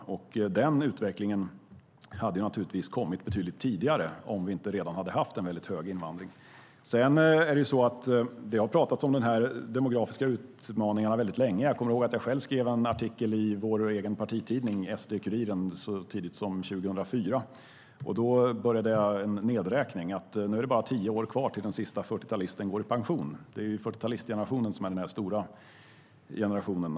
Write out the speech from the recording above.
Den utvecklingen hade kommit betydligt tidigare om vi inte redan hade haft en väldigt hög invandring. Det har talats om den demografiska utmaningen väldigt länge. Jag kommer ihåg att jag själv skrev en artikel i vår egen partitidning SD-Kuriren så tidigt som 2004. Då började jag en nedräkning: Nu är det bara tio år till dess att den sista 40-talisten går i pension. Det är 40-talistgenerationen som är den stora generationen.